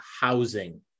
housing